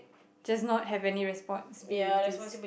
just not have any responsibilities